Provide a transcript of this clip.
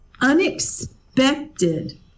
unexpected